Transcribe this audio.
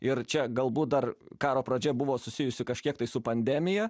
ir čia galbūt dar karo pradžia buvo susijusi kažkiek tai su pandemija